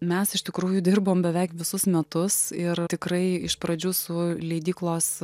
mes iš tikrųjų dirbom beveik visus metus ir tikrai iš pradžių su leidyklos